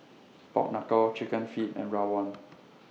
Pork Knuckle Chicken Feet and Rawon